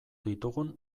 ditugun